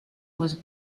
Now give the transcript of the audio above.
was